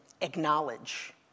acknowledge